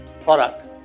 product